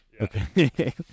Okay